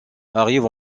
arrive